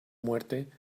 muerte